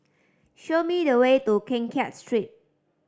show me the way to Keng Kiat Street